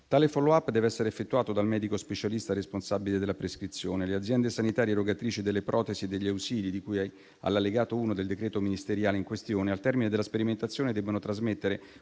Tale *follow up* dev'essere effettuato dal medico specialista responsabile della prescrizione. Le aziende sanitarie erogatrici delle protesi e degli ausili, di cui all'allegato 1 del decreto ministeriale in questione, al termine della sperimentazione, devono trasmettere